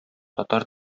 татар